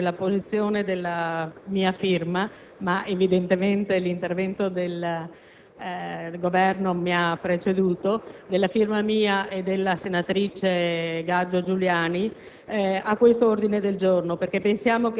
per quanto riguarda il Ministero degli affari esteri si darà immediatamente corso e seguito a tale richiesta.